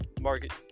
market